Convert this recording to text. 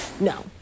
No